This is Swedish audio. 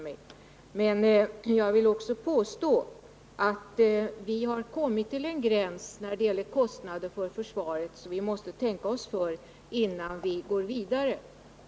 Men jag vill också påstå att vi har kommit till en gräns när det gäller kostnaderna för försvaret, där vi måste tänka oss för innan vi går vidare.